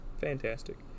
fantastic